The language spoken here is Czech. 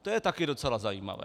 To je taky docela zajímavé.